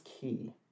key